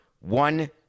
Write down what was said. one